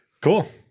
Cool